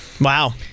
Wow